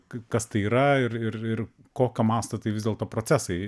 k kas tai yra ir ir ir kokio masto tai vis dėlto procesai